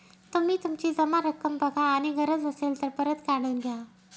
तुम्ही तुमची जमा रक्कम बघा आणि गरज असेल तर परत काढून घ्या